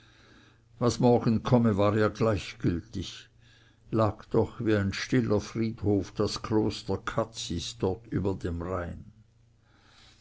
was morgen komme war ihr gleichgültig lag doch wie ein stiller friedhof das kloster cazis dort über dem rhein